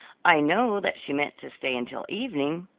i know that she meant to stay until evening.